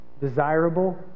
desirable